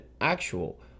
Actual